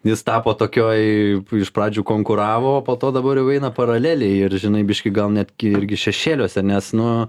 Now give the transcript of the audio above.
jis tapo tokioj iš pradžių konkuravo o po to dabar jau eina paraleliai ir žinai biškį gal netgi irgi šešėliuose nes nu